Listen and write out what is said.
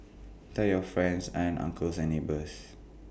tell your friends aunts uncles and neighbours